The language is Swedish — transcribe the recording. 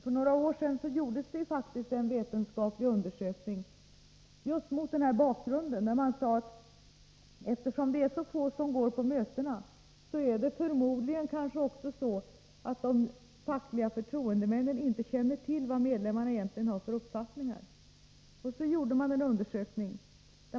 För några år sedan gjordes det faktiskt en vetenskaplig undersökning just mot denna bakgrund. Man sade att eftersom det är så få som går på mötena, är det förmodligen också så att de fackliga förtroendemännen inte känner till vad medlemmarna egentligen har för uppfattning. Så gjorde man en undersökning.